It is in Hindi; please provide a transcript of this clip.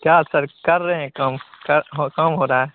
क्या सर कर रहें काम का हो काम हो रहा